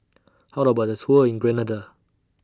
How about The Tour in Grenada